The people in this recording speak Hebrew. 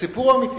הסיפור אמיתי,